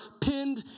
pinned